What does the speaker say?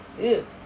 ugh